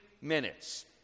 minutes